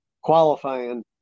qualifying